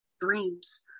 dreams